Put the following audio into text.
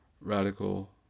radical